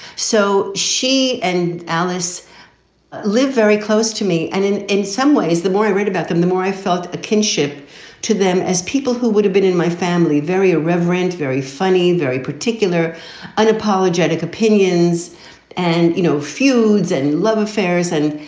so she and alice lived very close to me. and in in some ways, the more i read about them, the more i felt a kinship to them as people who would have been in my family, very reverent, very funny, very particular unapologetic opinions and, you know, feuds and love affairs and.